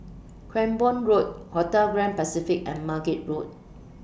Cranborne Road Hotel Grand Pacific and Margate Road